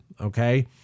okay